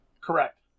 correct